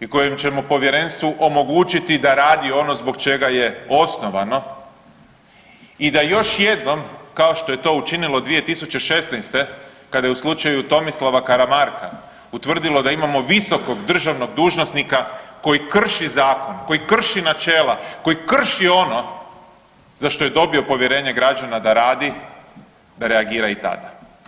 i kojim ćemo povjerenstvu omogućiti da radi ono zbog čega je osnovano i da još jednom kao što je to učinilo 2016. kad je u slučaju Tomislava Karamarka utvrdilo da imamo visokog državnog dužnosnika koji krši zakon, koji krši načela, koji krši ono za što je dobio povjerenje građana da radi reagira i tada.